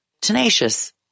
tenacious